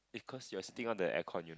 cause you're sitting on the air con you